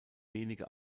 wenige